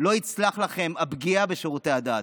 לא תצלח לכם הפגיעה בשירותי הדת.